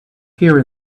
here